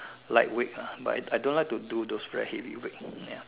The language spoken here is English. light weight lah but I don't like to do those very heavy weight